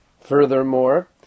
Furthermore